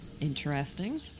Interesting